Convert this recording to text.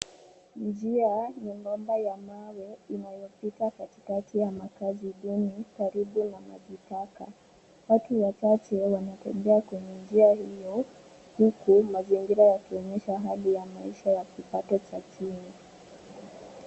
Njia nyembamba ya mawe inayopita katikati ya makazi duni karibu na majitaka. Watu watatu wanatembea kwenye njia hiyo huku mazingira yakionyesha hali ya maisha ya kipato cha chini.